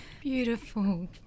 Beautiful